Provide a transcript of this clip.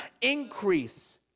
increase